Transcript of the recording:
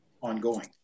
ongoing